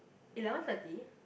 eleven thirty